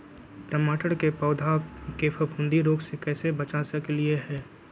टमाटर के पौधा के फफूंदी रोग से कैसे बचा सकलियै ह?